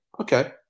Okay